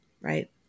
right